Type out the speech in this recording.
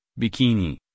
bikini